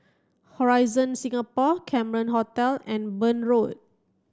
Horizon Singapore Cameron Hotel and Burn Road